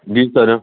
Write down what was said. ਜੀ ਸਰ